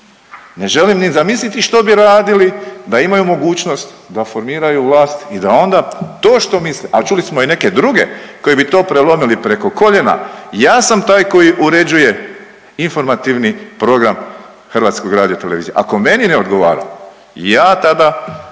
Ne želim ni zamisliti što bi radili da imaju mogućnost da formiraju vlast i da onda to što misle, a čuli smo i neke druge koji bi to prelomili preko koljena, ja sam taj koji uređuje informativni program HRT-a, ako meni ne odgovara ja tada